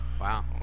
wow